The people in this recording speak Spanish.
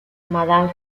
madame